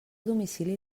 domicili